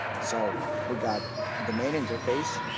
so we've got the main interface.